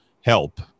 help